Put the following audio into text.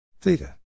theta